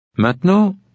Maintenant